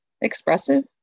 expressive